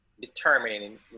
determining